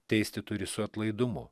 teisti turi su atlaidumu